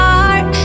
heart